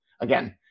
again